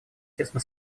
тесно